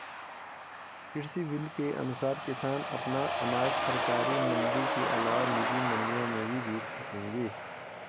कृषि बिल के अनुसार किसान अपना अनाज सरकारी मंडी के अलावा निजी मंडियों में भी बेच सकेंगे